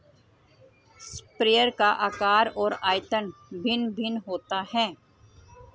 sprayer का आकार और आयतन भिन्न भिन्न होता है